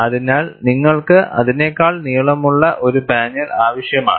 അതിനാൽ നിങ്ങൾക്ക് അതിനേക്കാൾ നീളമുള്ള ഒരു പാനൽ ആവശ്യമാണ്